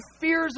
fears